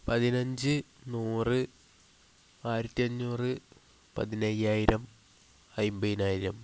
പതിനഞ്ച് നൂറ് ആയിരത്തി അഞ്ഞൂറ് പതിനയ്യായിരം അമ്പതിനായിരം